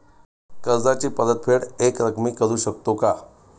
कर्जाची परतफेड एकरकमी करू शकतो का?